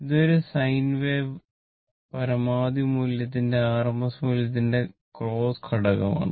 ഇത് ഒരു sine wave പരമാവധി മൂല്യത്തിന്റെ RMS മൂല്യത്തിന്റെ ക്രെസ്റ്റ് ഘടകമാണ്